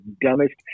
dumbest